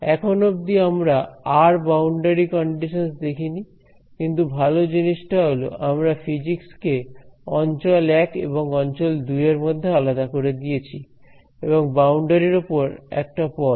এখন অব্দি আমরা r বাউন্ডারি কন্ডিশনস দেখিনি কিন্তু ভালো জিনিসটা হল আমরা ফিজিক্স কে অঞ্চল 1 এবং অঞ্চল 2 এরমধ্যে আলাদা করে দিয়েছি এবং বাউন্ডারির ওপর একটা পদ